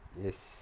yes